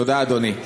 תודה, אדוני.